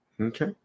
Okay